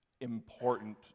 important